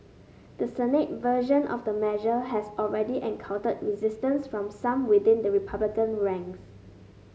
the Senate version of the measure has already encountered resistance from some within the Republican ranks